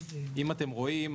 אם אתם רואים,